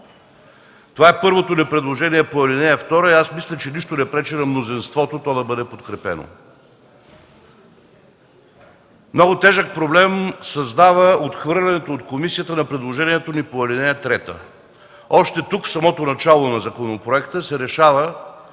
Това е първото ми предложение по ал. 2 и мисля, че нищо не пречи на мнозинството то да бъде подкрепено. Много тежък проблем създава отхвърленото от комисията на предложението ни по ал. 3. Още тук, в самото начало на законопроекта, се решава